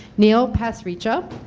neil pasricha.